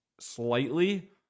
slightly